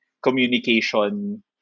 communication